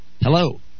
Hello